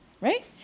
Right